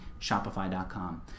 shopify.com